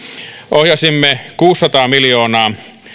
ohjasimme kuusisataa miljoonaa